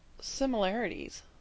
similarities